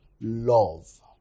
love